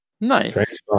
Nice